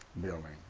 building,